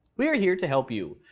we are here to help you.